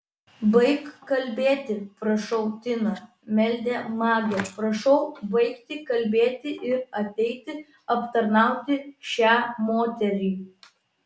baik kalbėti prašau tina meldė magė prašau baigti kalbėti ir ateiti aptarnauti šią moterį